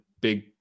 big